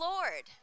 Lord